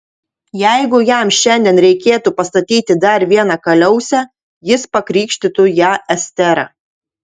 jeigu jam šiandien reikėtų pastatyti dar vieną kaliausę jis pakrikštytų ją estera